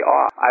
off